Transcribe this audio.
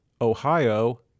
Ohio